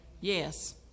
yes